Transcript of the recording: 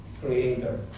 creator